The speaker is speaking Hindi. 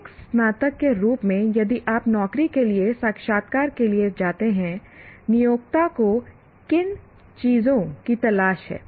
एक स्नातक के रूप में यदि आप नौकरी के लिए साक्षात्कार के लिए जाते हैं नियोक्ता को किन चीजों की तलाश है